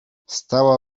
stała